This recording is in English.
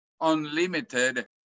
unlimited